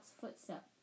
footstep